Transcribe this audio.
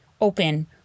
open